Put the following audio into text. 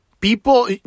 people